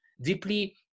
deeply